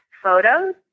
photos